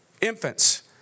Infants